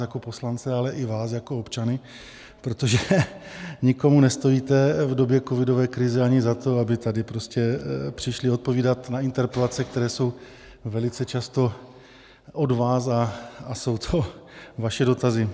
A nejen nás jako poslance, ale i vás jako občany, protože nikomu nestojíte v době covidové krize ani za to, aby tady prostě přišli odpovídat na interpelace, které jsou velice často od vás a jsou to vaše dotazy.